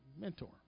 mentor